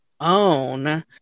own